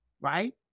right